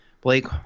Blake